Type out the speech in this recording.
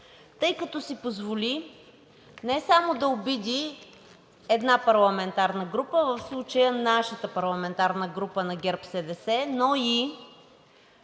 тъй като си позволи не само да обиди една парламентарна група, в случая нашата парламентарна група – на ГЕРБ-СДС, но и